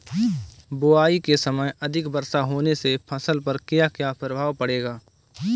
बुआई के समय अधिक वर्षा होने से फसल पर क्या क्या प्रभाव पड़ेगा?